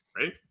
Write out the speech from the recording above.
Right